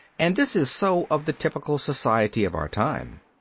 and this is so of the typical society of our time.